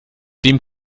dem